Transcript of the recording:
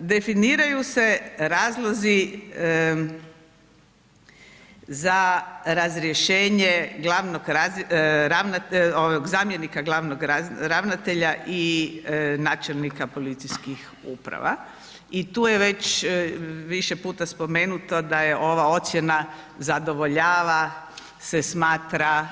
Definiraju se razlozi za razrješenje zamjenika glavnog ravnatelja i načelnika policijskih uprava i tu već više puta spomenuto da je ova ocjena zadovoljava se smatra